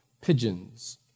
pigeons